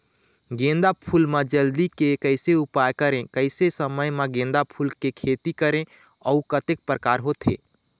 गेंदा फूल मा जल्दी के कैसे उपाय करें कैसे समय मा गेंदा फूल के खेती करें अउ कतेक प्रकार होथे?